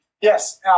Yes